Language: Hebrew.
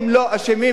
מה קשורים העובדים?